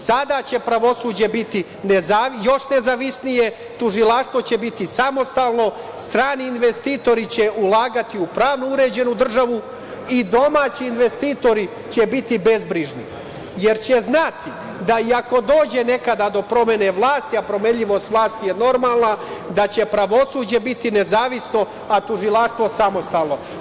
Sada će pravosuđe biti još nezavisnije, tužilaštvo će biti samostalno, strani investitori će ulagati u pravno uređenu državu i domaći investitori će biti bezbrižni jer će znati da i ako dođe nekada do promene vlasti, a promenljivost vlasti je normalna, da će pravosuđe biti nezavisno, a tužilaštvo samostalno.